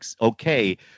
okay